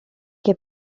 che